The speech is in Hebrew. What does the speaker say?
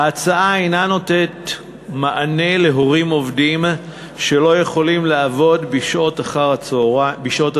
ההצעה אינה נותנת מענה להורים עובדים שלא יכולים לעבוד בשעות הצהריים.